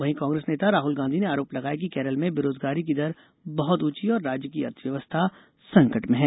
वहीं कांग्रेस नेता राहुल गांधी ने आरोप लगाया कि केरल में बेरोजगारी की दर बहुत ऊंची है और राज्य की अर्थव्यवस्था संकट में है